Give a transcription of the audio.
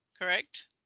correct